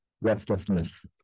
Restlessness